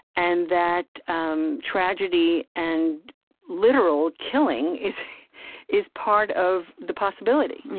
and that um tragedy and literal killing is is part of the possibility,